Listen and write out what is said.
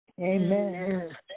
Amen